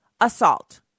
assault